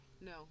No